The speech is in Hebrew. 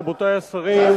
רבותי השרים,